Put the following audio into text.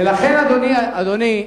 אדוני,